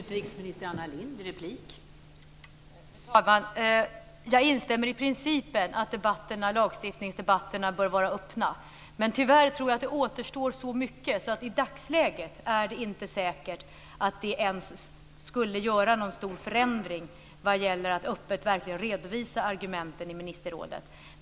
Fru talman! Jag instämmer i principen att lagstiftningsdebatterna bör vara öppna. Men tyvärr tror jag att så mycket återstår att det i dagsläget inte är säkert att det ens skulle göra någon stor förändring vad gäller att öppet redovisa argumenten i ministerrådet.